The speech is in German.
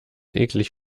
eklig